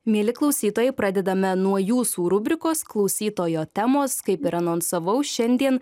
mieli klausytojai pradedame nuo jūsų rubrikos klausytojo temos kaip ir anonsavau šiandien